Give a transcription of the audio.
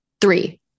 Three